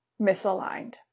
misaligned